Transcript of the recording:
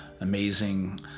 amazing